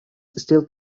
still